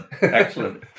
Excellent